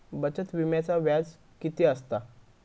बचत विम्याचा व्याज किती असता?